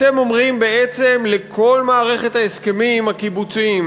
אתם אומרים בעצם לכל מערכת ההסכמים הקיבוציים,